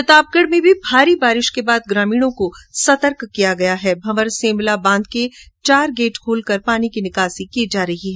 प्रतापगढ में भी भारी बारिश के बाद ग्रामीणों को सतर्क किया गया है भंवर सैमला बांध के चार गेट खोल कर पानी की निकासी की जा रही है